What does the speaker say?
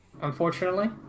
unfortunately